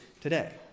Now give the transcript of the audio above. today